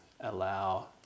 allow